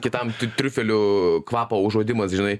kitam t triufelių kvapo užuodimas žinai